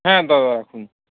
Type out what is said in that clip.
হ্যাঁ দাদা রাখুন